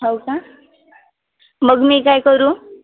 होय का मग मी काय करू